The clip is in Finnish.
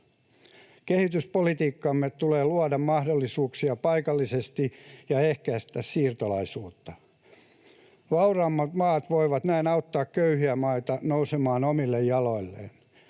Kehityspolitiikkamme tulee luoda mahdollisuuksia paikallisesti ja ehkäistä siirtolaisuutta. Vauraimmat maat voivat näin auttaa köyhiä maita nousemaan omille jaloilleen.